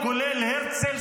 כולל הרצל,